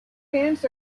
pants